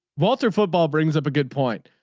walter football brings up a good point.